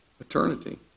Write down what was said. eternity